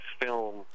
film